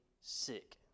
sick